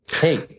Hey